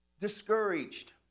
discouraged